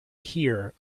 hear